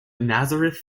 nazareth